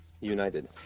United